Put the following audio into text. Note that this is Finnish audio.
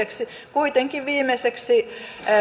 kuitenkin viimeksi